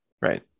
Right